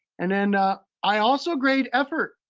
and and i also grade effort.